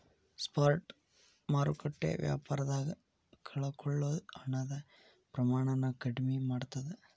spot ಮಾರುಕಟ್ಟೆ ವ್ಯಾಪಾರದಾಗ ಕಳಕೊಳ್ಳೊ ಹಣದ ಪ್ರಮಾಣನ ಕಡ್ಮಿ ಮಾಡ್ತದ